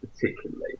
particularly